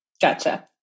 Gotcha